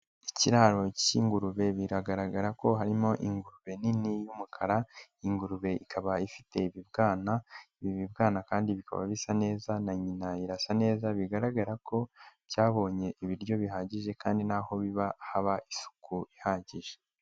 Ikiraro cy'ingurube biragaragara ko harimo ingurube nini y'umukara, ingurube ikaba ifite ibibwana, ibi bibwana kandi bikaba bisa neza na nyina irasa neza bigaragara ko cyabonye ibiryo bihagije kandi naho biba haba isuku ihagije.